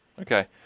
Okay